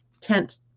tent